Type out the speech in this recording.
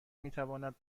میتواند